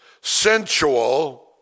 sensual